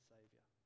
Saviour